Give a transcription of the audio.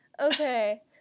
Okay